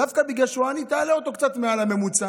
דווקא בגלל שהוא עני תעלה אותו קצת מעל הממוצע,